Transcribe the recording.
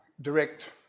direct